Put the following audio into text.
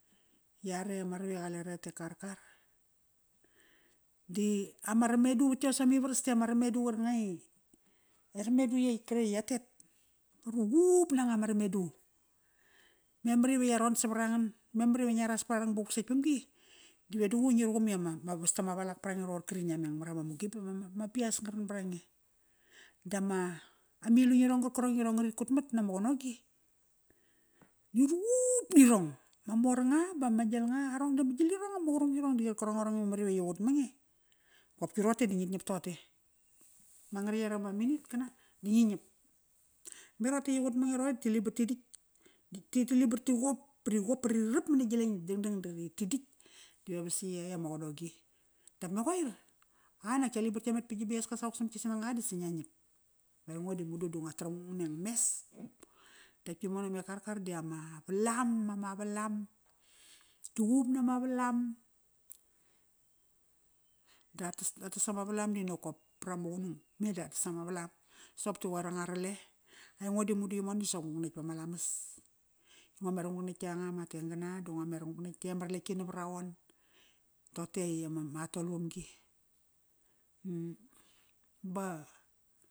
Yare ama ravek i qale ra et e Karkar di ama ramedu vat ios amivaras di ama ramedu qarkanga i, e ramedu ietk karetk i yatet, di ruqup nanga ma ramedu. Memar ive ia ron savarangan. Memar ive ngia ras vat ararang ba vuk setk vamgi dive duququ ngi ruqum i ama, ma vastama valak varange roqor kri i ngia meng marama mugi ba ma bias nga ran barange. Dama, amilung irong qarkarong irong ngarit kut mat nama qanoqi, di ruqup nirong. Ma mor nga ba ma gilnga, arong diama gilirong ama qurung irong di qarkarong arong i memar iva yi qutmange, qopki roqote da ngit ngiap togote. Ma ngarietk ama minit kana, da ngi ngiap. Me roqote i yi qut mange roqori nitk ti libar ti ditk nitk ti libar ti qop ba ri qop ba ri rarap mani gileng dangdang da ri ditk, dive was sa yey ama qanoqi. Dap me qoir, a nak ya libar tka met pa gi biaska savuk samat gi sanangaqa disa ngia ngiap. Ba aingo di madu di ngo taram ngung neng mes. Dap yimono me Karkar di ama, valam, ama valam. Ruqup nama valam. Da ratas, tatas ama valam di noko parama qunung me di ratas ama valam. Soqop di qoir anga rale. Aingo di madu yimono di soqop nguk netk vama lamas. Ngo mer nguk netk netk ianga ma tank qana da ngomer nguk netk yey ama raletki navaraqon. Roqote i ama tol vamgi ba.